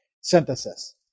synthesis